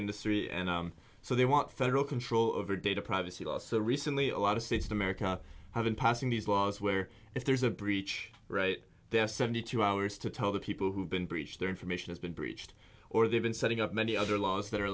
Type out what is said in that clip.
industry and so they want federal control over data privacy laws so recently a lot of system erica have been passing these laws where if there's a breach right there seventy two hours to tell the people who've been breached their information has been breached or they've been setting up many other laws that are